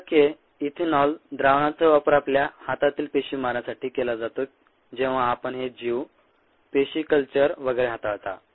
70 टक्के इथेनॉल द्रावाणाचा वापर आपल्या हातातील पेशी मारण्यासाठी केला जातो जेव्हा आपण हे जीव पेशी कल्चर वगैरे हाताळता